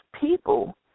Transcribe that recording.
people